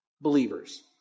believers